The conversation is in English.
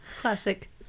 Classic